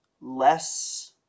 less